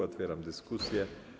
Otwieram dyskusję.